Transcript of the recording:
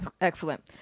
Excellent